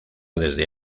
desde